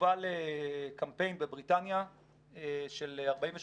הובל קמפיין בבריטניה של 48 שעות,